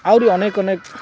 ଆହୁରି ଅନେକ ଅନେକ